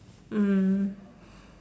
mmhmm